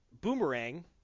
Boomerang